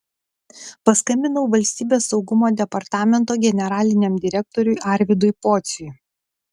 paskambinau valstybės saugumo departamento generaliniam direktoriui arvydui pociui